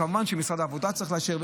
כמובן שמשרד העבודה צריך לאשר,